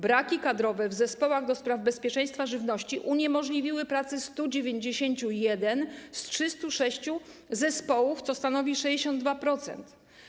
Braki kadrowe w zespołach do spraw bezpieczeństwa żywności uniemożliwiły pracę 191 z 306 zespołów, co stanowi 62%.